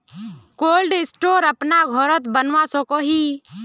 Cold store अपना घोरोत बनवा सकोहो ही?